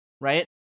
right